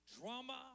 drama